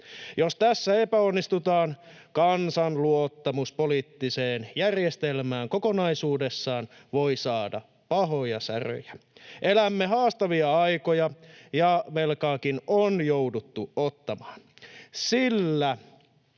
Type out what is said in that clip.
Jos tässä epäonnistutaan, kansan luottamus poliittiseen järjestelmään kokonaisuudessaan voi saada pahoja säröjä. Elämme haastavia aikoja, ja velkaakin on jouduttu ottamaan. Sillä